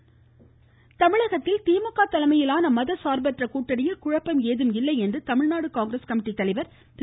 அழகிரி தமிழகத்தில் திமுக தலைமையிலான மத சார்பற்ற கூட்டணியில் குழப்பம் ஏதும் இல்லை என்று தமிழ்நாடு காங்கிரஸ் கமிட்டி தலைவர் திரு